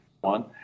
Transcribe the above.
one